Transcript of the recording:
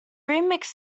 remix